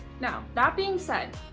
now, that being said,